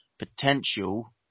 potential